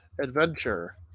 adventure